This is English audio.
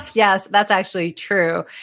yes. that's actually true.